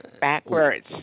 backwards